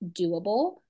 doable